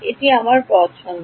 এটা আমার পছন্দ